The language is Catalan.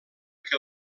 que